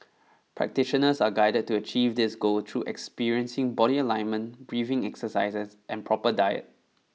practitioners are guided to achieve this goal through experiencing body alignment breathing exercises and proper diet